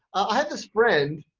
i have this friend,